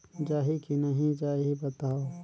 जाही की नइ जाही बताव?